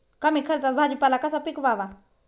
कमी खर्चात भाजीपाला कसा पिकवावा?